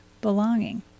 Belonging